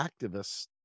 activists